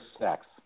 sex